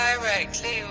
directly